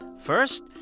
First